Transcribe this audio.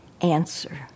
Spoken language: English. answer